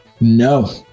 No